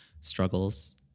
struggles